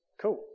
Cool